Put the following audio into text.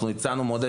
אנחנו הצענו מודלים,